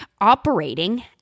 operating